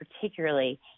particularly